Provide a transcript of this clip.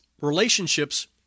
relationships